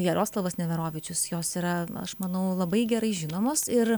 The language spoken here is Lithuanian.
jaroslavas neverovičius jos yra aš manau labai gerai žinomos ir